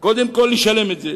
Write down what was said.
קודם כול לשלם את הדוח,